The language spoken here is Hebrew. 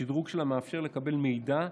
השדרוג שלה מאפשר לקבל מידע,